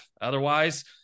Otherwise